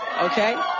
Okay